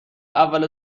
اول